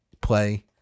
play